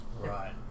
right